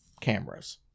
cameras